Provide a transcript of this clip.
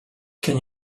can